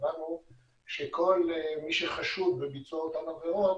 קבענו שכל מי שחשוד בביצוע אותן עבירות